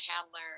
handler